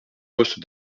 poste